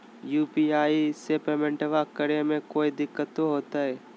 UPI से पेमेंटबा करे मे कोइ दिकतो होते?